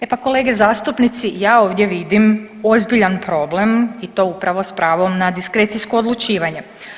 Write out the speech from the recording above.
E pa kolege zastupnici ja ovdje vidim ozbiljan problem i to upravo s pravom na diskrecijsko odlučivanje.